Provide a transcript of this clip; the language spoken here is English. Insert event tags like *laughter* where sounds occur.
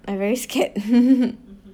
I very scared *laughs*